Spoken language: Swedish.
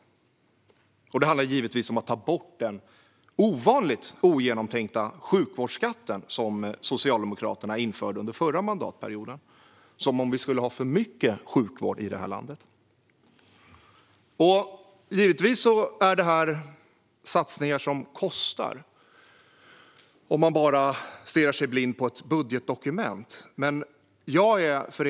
Och det handlar givetvis om att ta bort den ovanligt ogenomtänkta sjukvårdsskatt som Socialdemokraterna införde under förra mandatperioden - som om vi skulle ha för mycket sjukvård i det här landet. Givetvis är det här satsningar som kostar, och om man stirrar sig blind på ett budgetdokument ser man bara det.